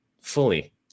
fully